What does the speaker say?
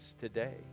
today